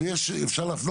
אבל אפשר להפנות,